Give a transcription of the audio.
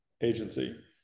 agency